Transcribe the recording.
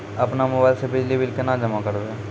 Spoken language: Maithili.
अपनो मोबाइल से बिजली बिल केना जमा करभै?